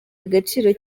agaciro